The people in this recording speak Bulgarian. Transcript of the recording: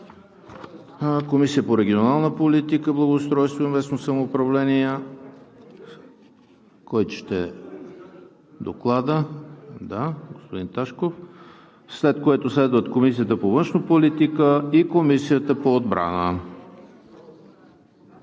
Комисията по регионална политика, благоустройство и местно самоуправление. Кой чете Доклада? Да, господин Ташков. След което следват Комисията по външна политика и Комисията по отбрана.